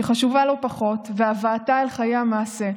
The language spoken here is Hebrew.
שהיא חשובה לא פחות, ובהבאתה אל חיי המעשה,